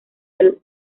del